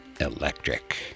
electric